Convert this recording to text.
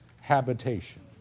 habitation